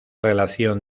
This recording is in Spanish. relación